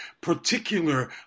particular